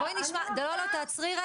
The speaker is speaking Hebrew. אני רוצה- -- תעצרי.